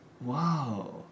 Wow